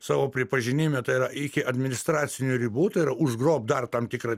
savo pripažinime tai yra iki administracinių ribų tai yra užgrobt dar tam tikrą